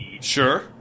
Sure